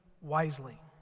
wisely